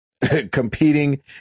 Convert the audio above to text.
competing